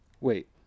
Wait